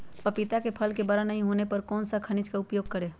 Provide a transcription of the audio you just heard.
पपीता के फल को बड़ा नहीं होने पर कौन सा खनिज का उपयोग करें?